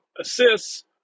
assists